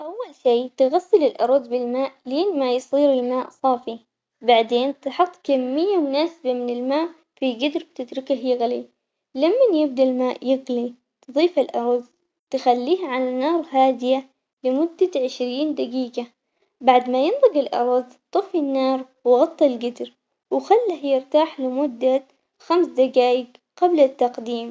أول شي تغسل الأرز بالماء لين ما يصير الماء صافي، بعدين تحط كمية مناسبة من الماء في قدر وتتركه يغلي، لمن يبدا الماء يغلي تضيف الأرز تخليه على نار هادية لمدة عشرين دقيقة، بعد ما ينضج الأرز طفي النار وغطي القجر وخله يرتاح لمجة خمس دقايق قبل التقديم.